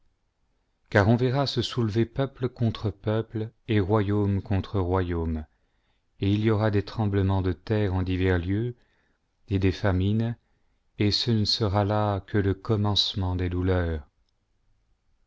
car on verra se soulever peuple contre peuple et royaume contre royaume et il y aura des tremblements de terre en divers lieux et des famines et ce ne sera là que le commencement des douleurs